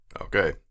Okay